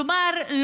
כלומר,